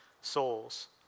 souls